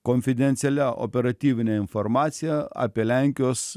konfidencialia operatyvine informacija apie lenkijos